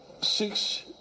Six